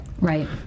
Right